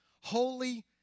Holy